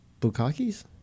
bukakis